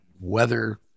weather